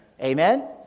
Amen